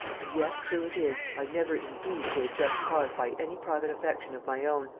and yet, true it is, i never indeed gave just cause by any private affection of my own,